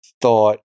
thought